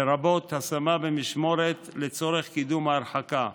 לרבות השמה במשמורת לצורך קידום ההרחקה,